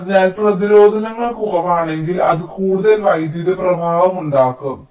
അതിനാൽ പ്രതിരോധങ്ങൾ കുറവാണെങ്കിൽ അത് കൂടുതൽ വൈദ്യുത പ്രവാഹം ഉണ്ടാക്കും